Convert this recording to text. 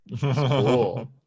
cool